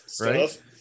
right